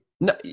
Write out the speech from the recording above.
No